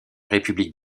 république